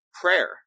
prayer